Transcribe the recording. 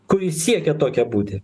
kuri siekia tokia būti